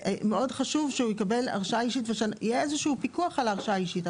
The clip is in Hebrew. חשוב מאוד שהוא יקבל הרשאה אישית ושיהיה איזשהו פיקוח על ההרשאה האישית.